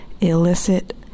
illicit